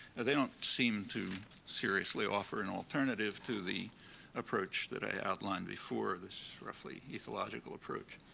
they don't seem to seriously offer an alternative to the approach that i outlined before this roughly ethological approach.